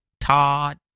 Todd